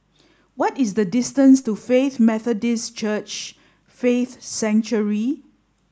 what is the distance to Faith Methodist Church Faith Sanctuary